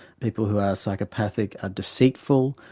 people who are psychopathic are deceitful,